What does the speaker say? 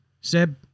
Seb